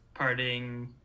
partying